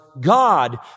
God